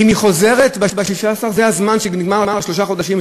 ואם היא חוזרת ב-16, זה הזמן שנגמרו שלושה חודשים,